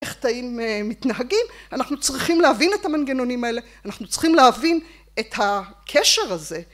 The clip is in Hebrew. איך תאים מתנהגים אנחנו צריכים להבין את המנגנונים האלה אנחנו צריכים להבין את הקשר הזה